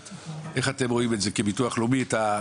איך אתם כביטוח לאומי מלווים את זה.